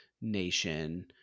nation